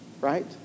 right